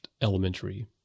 elementary